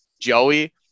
Joey